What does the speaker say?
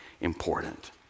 important